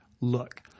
look